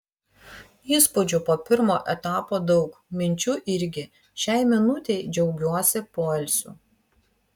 įspūdžių po pirmo etapo daug minčių irgi šiai minutei džiaugiuosi poilsiu